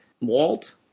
Walt